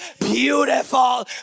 beautiful